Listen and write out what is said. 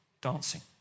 dancing